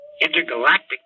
Intergalactic